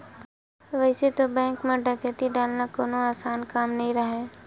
वइसे तो बेंक म डकैती डालना कोनो असान काम नइ राहय